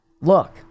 look